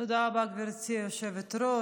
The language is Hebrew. תודה רבה, גברתי היושבת-ראש.